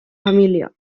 família